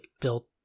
built